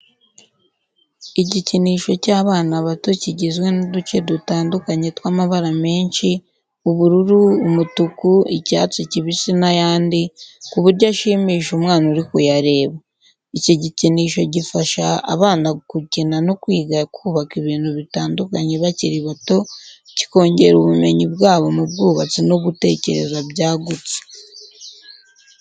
Igikinisho cy’abana bato kigizwe n’uduce dutandukanye tw’amabara menshi, ubururu, umutuku, icyatsi kibisi n'ayandi, ku buryo ashimisha umwana uri kuyareba. Iki gikinisho gifasha abana gukina no kwiga kubaka ibintu bitandukanye bakiri bato, kikongera ubumenyi bwabo mu bwubatsi no gutekereza byagutse.